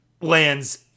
lands